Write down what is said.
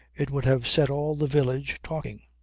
it would have set all the village talking.